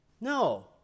No